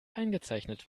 eingezeichnet